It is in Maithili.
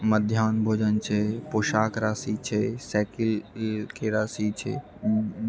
मध्याह्न भोजन छै पोशाक राशि छै साइकिलके राशि छै